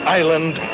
island